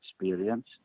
experience